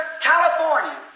California